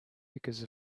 because